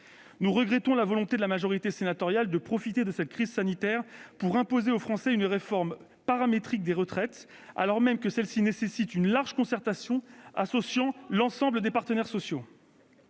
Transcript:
Nous regrettons la volonté de la majorité sénatoriale de profiter de cette crise sanitaire pour imposer aux Français une réforme paramétrique des retraites, laquelle aurait nécessité une large concertation associant l'ensemble des partenaires sociaux.